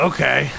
Okay